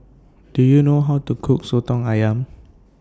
Do YOU know How to Cook Soto Ayam